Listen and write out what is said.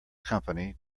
company